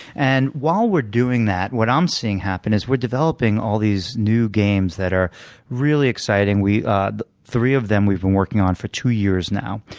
and while we're doing that, what i'm seeing happen is we're developing all these new games that are really exciting. ah three of them we've been working on for two years now.